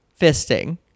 fisting